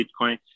Bitcoin